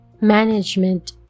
management